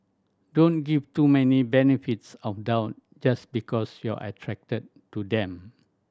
don't give too many benefits of doubt just because you're attracted to them